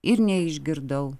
ir neišgirdau